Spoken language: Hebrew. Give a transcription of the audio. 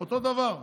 אותו דבר.